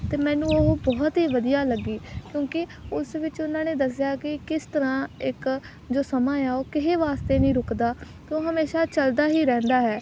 ਅਤੇ ਮੈਨੂੰ ਉਹ ਬਹੁਤ ਹੀ ਵਧੀਆ ਲੱਗੀ ਕਿਉਂਕਿ ਉਸ ਵਿੱਚ ਉਹਨਾਂ ਨੇ ਦੱਸਿਆ ਕਿ ਕਿਸ ਤਰ੍ਹਾਂ ਇੱਕ ਜੋ ਸਮਾਂ ਆ ਉਹ ਕਿਸੇ ਵਾਸਤੇ ਨਹੀਂ ਰੁਕਦਾ ਅਤੇ ਉਹ ਹਮੇਸ਼ਾ ਚੱਲਦਾ ਹੀ ਰਹਿੰਦਾ ਹੈ